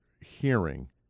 hearing